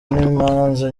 n’imanza